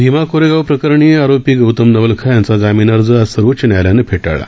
भीमा कोरेगाव प्रकरणी आरोपी गौतम नवलखा यांचा जामीन अर्ज आज सर्वोच्च न्यायालयानं फेटाळला